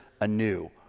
anew